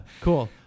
cool